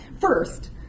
first